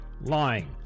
lying